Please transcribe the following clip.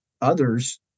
others